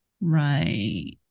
Right